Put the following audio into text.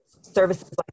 services